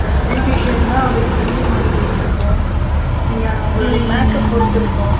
பியூடீஷியன்னா அதுக்கு தகுந்தமாதிரி ரேட் இருக்கும் நீங்கள் உங்களுடைய மேக்கப் பொறுத்து இருக்கும்